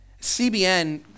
CBN